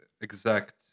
exact